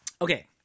okay